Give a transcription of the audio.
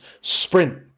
sprint